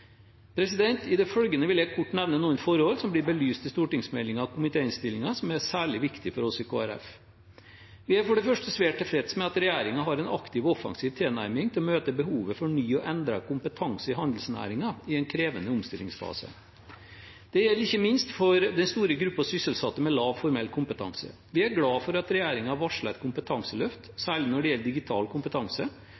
I det følgende vil jeg kort nevne noen forhold som blir belyst i stortingsmeldingen og komitéinnstillingen som er særlig viktig for oss i Kristelig Folkeparti. Vi er for det første svært tilfreds med at regjeringen har en aktiv og offensiv tilnærming for å møte behovet for ny og endret kompetanse i handelsnæringen i en krevende omstillingsfase. Det gjelder ikke minst for den store gruppen sysselsatte med lav formell kompetanse. Vi er glad for at regjeringen varsler et kompetanseløft,